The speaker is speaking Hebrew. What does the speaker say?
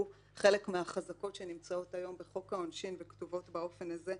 חלק מהחזקות שנמצאות היום בחוק העונשין וכתובות באופן הזה,